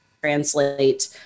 translate